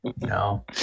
no